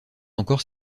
ensuite